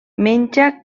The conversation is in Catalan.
menja